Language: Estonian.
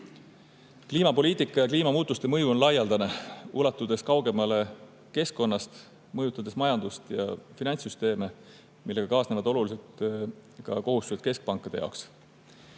tahe. Kliimapoliitika ja kliimamuutuste mõju on laialdane, ulatudes kaugemale keskkonnast ja mõjutades majandust ja finantssüsteeme, millega kaasnevad olulisel määral kohustused ka keskpankade jaoks.